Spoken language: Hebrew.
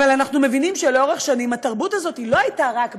אבל אנחנו מבינים שלאורך שנים התרבות הזאת לא הייתה רק בארץ.